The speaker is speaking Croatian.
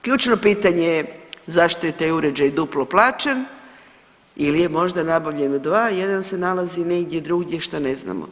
Ključno pitanje je zašto je taj uređaj duplo plaćen ili je možda nabavljeno 2, jedan se nalazi negdje drugdje što ne znamo.